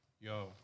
Yo